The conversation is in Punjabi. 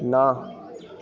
ਨਾ